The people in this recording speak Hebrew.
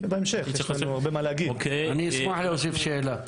אני אשמח להוסיף שאלה.